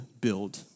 build